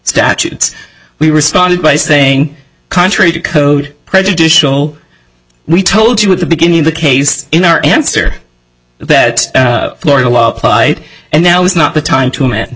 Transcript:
statutes we responded by saying contrary to code prejudicial we told you at the beginning of the case in our answer that florida law applied and now is not the time to